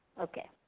Okay